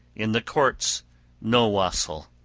in the courts no wassail,